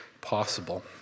possible